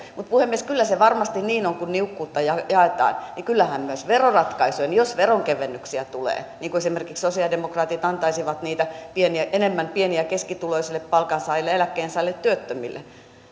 mutta puhemies kyllä se varmasti niin on kun niukkuutta jaetaan että kyllähän myös veroratkaisuilla jos veronkevennyksiä tulee esimerkiksi sosialidemokraatit antaisivat niitä enemmän pieni ja keskituloisille palkansaajille eläkkeensaajille työttömille